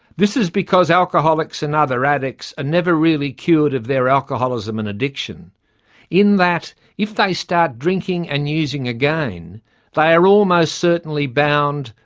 this is because alcoholics and other addicts are never really cured of their alcoholism and addiction in that if they start drinking and using again they are almost certainly bound,